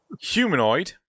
humanoid